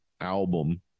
album